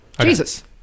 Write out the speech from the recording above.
Jesus